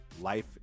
life